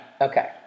Okay